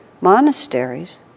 monasteries